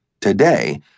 Today